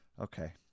Okay